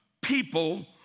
people